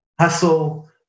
Hustle